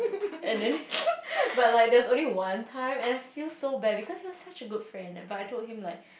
and then but like there was only one time but I feel so bad because he was such a good friend but I told him like